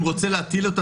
אם הוא רוצה להטיל אותה,